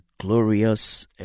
glorious